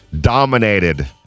Dominated